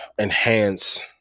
enhance